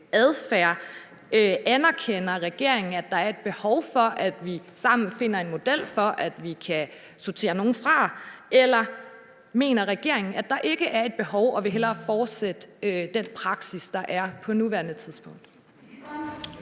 adfærd. Anerkender regeringen, at der er et behov for, at vi sammen finder en model for, at vi kan sortere nogen fra? Eller mener regeringen, at der ikke er et behov og hellere vil fortsætte den praksis, der er på nuværende tidspunkt?